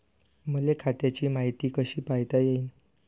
मले खात्याची मायती कशी पायता येईन?